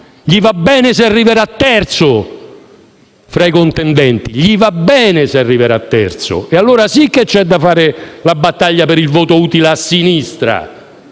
andrà bene se arriverà terzo tra i contendenti. Gli andrà bene se arriverà terzo. E allora sì che c'è da fare la battaglia per il voto utile a sinistra.